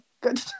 Good